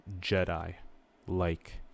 Jedi-like